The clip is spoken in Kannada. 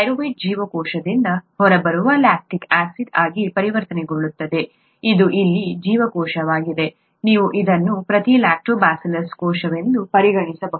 ಪೈರುವೇಟ್ ಜೀವಕೋಶದಿಂದ ಹೊರಬರುವ ಲ್ಯಾಕ್ಟಿಕ್ ಆಸಿಡ್ ಆಗಿ ಪರಿವರ್ತನೆಗೊಳ್ಳುತ್ತದೆ ಇದು ಇಲ್ಲಿರುವ ಜೀವಕೋಶವಾಗಿದೆ ನೀವು ಇದನ್ನು ಪ್ರತಿ ಲ್ಯಾಕ್ಟೋಬಾಸಿಲಸ್ ಕೋಶವೆಂದು ಪರಿಗಣಿಸಬಹುದು